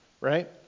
right